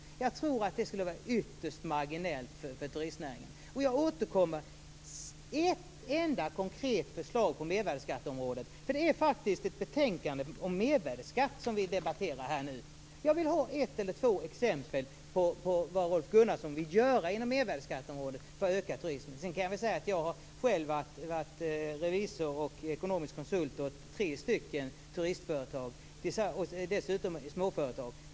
Jag tror att det skulle vara en ytterst marginell förändring för turistnäringen. Jag återkommer till att be om ett enda konkret förslag på mervärdesskatteområdet. Det är faktiskt ett betänkande om mervärdesskatt som vi debatterar här nu. Jag vill ha ett eller två exempel på vad Rolf Gunnarsson vill göra inom mervärdesskatteområdet för att öka turismen. Jag kan säga att jag själv har varit revisor och ekonomisk konsult åt tre turistföretag - småföretag.